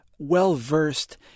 well-versed